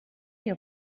your